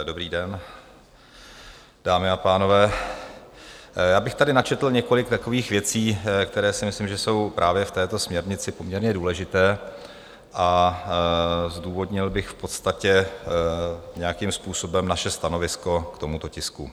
Dobrý den, dámy a pánové, já bych tady načetl několik takových věcí, které si myslím, že jsou právě v této směrnici poměrně důležité, a zdůvodnil bych v podstatě nějakým způsobem naše stanovisko k tomuto tisku.